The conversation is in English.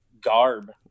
garb